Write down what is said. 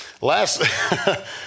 Last